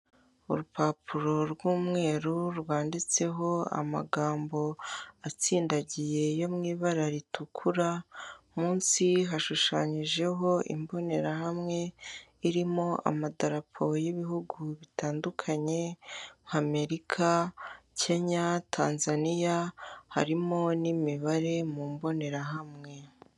Urupapuro rw'umweru rubanditseho amagambo atsindagiye yo mu ibara ritukura munsi hashushanyijeho imbonerahamwe irimo amadarapo y'ibihugu bitandukanye nk'Amerika, Kenya, Tanzaniya harimo n'imibare mu mbonerahamwe.